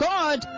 God